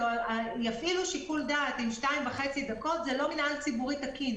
יפעילו שיקול דעת אם 2.5 דקות זה לא מינהל ציבורי תקין.